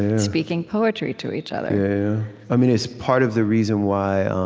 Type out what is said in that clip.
and speaking poetry to each other um and it's part of the reason why um